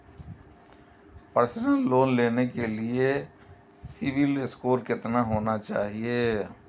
Personal loan लेने के लिए सिबिल स्कोर कितना होना चाहिए?